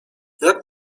jak